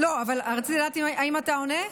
לא, אבל רציתי לדעת, האם אתה עונה?